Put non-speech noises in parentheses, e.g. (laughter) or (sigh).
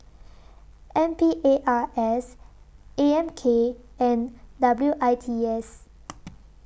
N P A R K S A M K and W I T S (noise)